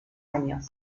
años